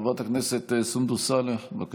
חברת הכנסת סונדוס סאלח, בבקשה.